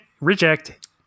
Reject